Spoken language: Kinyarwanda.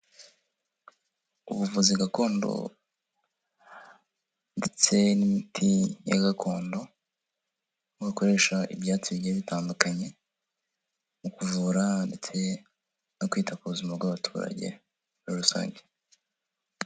Ubuvuzi gakondo ndetse n'imiti ya gakondo, aho bakoresha ibyatsi bigiye bitandukanye mu kuvura ndetse no kwita ku buzima bw'abaturage muri rusange.